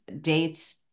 dates